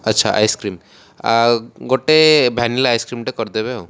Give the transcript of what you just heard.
ଆଚ୍ଛା ଆଇସ୍କ୍ରିମ୍ ଗୋଟେ ଭ୍ୟାନିଲା ଆଇସ୍କ୍ରିମ୍ଟେ କରିଦେବେ ଆଉ